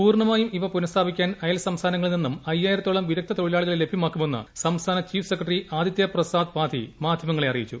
പൂർണ്ണമായും ഇവ അയൽ സംസ്ഥാനങ്ങളിൽ പുനസ്ഥാപിക്കാൻ നിന്നും അയ്യായിരത്തോളം വിദഗ്ധ തൊഴിലാളികളെ ലഭ്യമാക്കുമെന്ന് സംസ്ഥാന ചീഫ് സെക്രട്ടറി ആദിത്യ പ്രസാദ് പാധി മാധ്യമങ്ങളെ അറിയിച്ചു